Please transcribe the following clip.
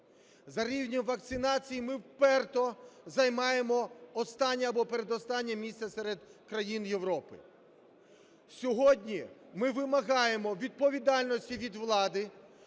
За рівнем вакцинації ми вперто займаємо останнє або передостаннє місце серед країн Європи. Сьогодні ми вимагаємо відповідальності від влади